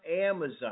Amazon